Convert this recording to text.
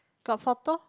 got photo